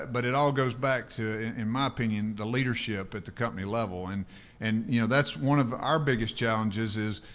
but it all goes back to, in my opinion, the leadership at the company level. and and you know that's one of our biggest challenges is,